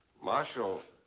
marshal,